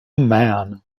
man